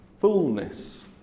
fullness